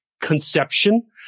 conception